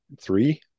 three